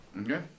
Okay